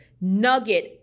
nugget